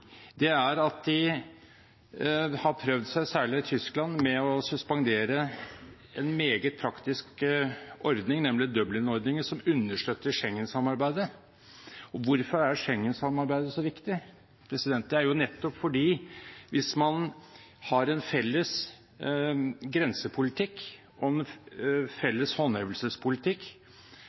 at de har prøvd seg, særlig i Tyskland, med å suspendere en meget praktisk ordning, nemlig Dublin-ordningen, som understøtter Schengen-samarbeidet. Hvorfor er Schengen-samarbeidet så viktig? Det er fordi man, hvis man har en felles grensepolitikk og en